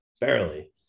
barely